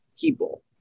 people